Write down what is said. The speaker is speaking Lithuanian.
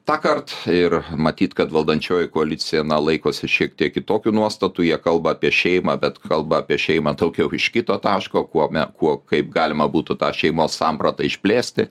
tąkart ir matyt kad valdančioji koalicija na laikosi šiek tiek kitokių nuostatų jie kalba apie šeimą bet kalba apie šeimą daugiau iš kito taško kuo kuo kaip galima būtų tą šeimos sampratą išplėsti